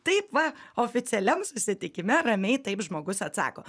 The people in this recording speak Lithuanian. taip va oficialiam susitikime ramiai taip žmogus atsako